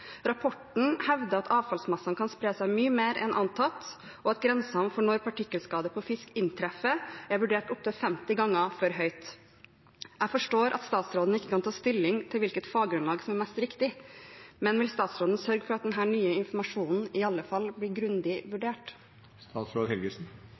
Rapporten hevder at avfallsmassene kan spre seg mye mer enn antatt, og at grensen for når partikkelskade på fisk inntreffer, er vurdert opptil 50 ganger for høyt. Jeg forstår at statsråden ikke kan ta stilling til hvilket faggrunnlag som er mest riktig. Men vil statsråden sørge for at denne nye informasjonen iallfall blir grundig